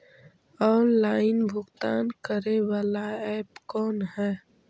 Online भुगतान करे बाला ऐप कौन है?